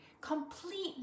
completely